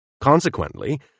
Consequently